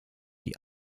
die